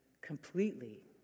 completely